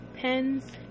pens